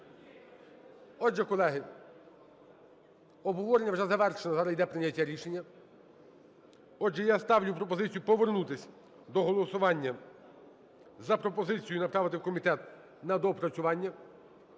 Отже, колеги, обговорення вже завершено, зараз вже йде прийняття рішення. Отже, я ставлю пропозицію повернутись до голосування за пропозицію направити в комітет на доопрацювання.